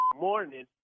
morning